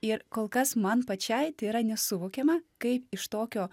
ir kol kas man pačiai tai yra nesuvokiama kaip iš tokio